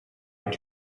did